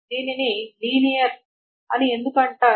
దీనిని లీనియర్ అని ఎందుకు అంటారు